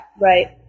right